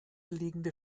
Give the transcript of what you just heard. liegende